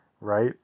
right